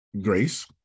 Grace